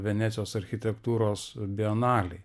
venecijos architektūros bienalėj